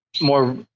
more